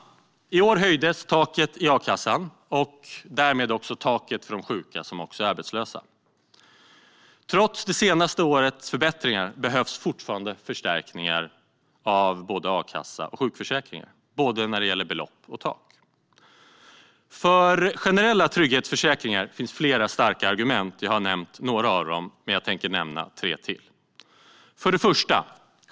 I år höjdes taket i a-kassan och därmed också taket för de sjuka som också är arbetslösa. Trots det senaste årets förbättringar behövs fortfarande förstärkningar av både a-kassa och sjukförsäkringar när det gäller både belopp och tak. För generella trygghetsförsäkringar finns flera starka argument. Jag har nämnt några av dem, men jag tänker nämna tre till.